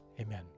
Amen